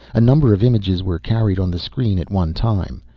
a number of images were carried on the screen at one time,